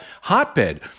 hotbed